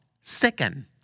second